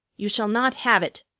you shall not have it,